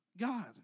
God